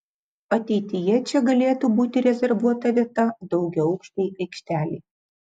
ateityje čia galėtų būti rezervuota vieta daugiaaukštei aikštelei